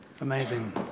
Amazing